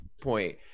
point